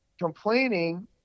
complaining